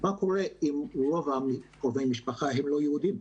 מה קורה אם רוב קרובי המשפחה הם לא יהודים?